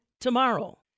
tomorrow